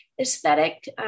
aesthetic